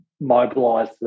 mobilise